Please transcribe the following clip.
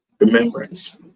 Remembrance